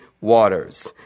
waters